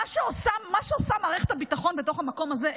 מה שעושה מערכת הביטחון בתוך המקום הזה: